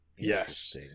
yes